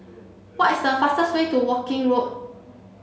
what is the fastest way to Woking Road